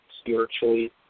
spiritually